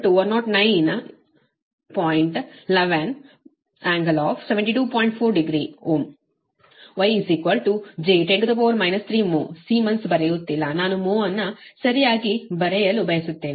40 ohm Y j 10 3 mho siemens ಬರೆಯುತ್ತಿಲ್ಲ ನಾನು mho ಸರಿಯಾಗಿ ಬರೆಯಲು ಬಯಸುತ್ತೇನೆ